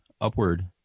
upward